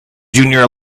junior